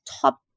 top